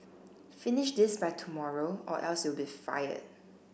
finish this by tomorrow or else you'll be fired